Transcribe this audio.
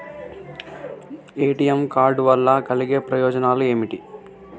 ATM card వల్ల కలిగే ప్రయోజనాలు ఏమిటి?